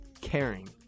caring